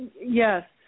Yes